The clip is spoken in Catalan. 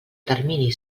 termini